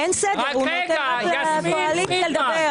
אין סדר, הוא נותן רק לקואליציה לדבר.